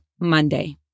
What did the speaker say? Monday